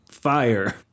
fire